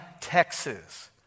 Texas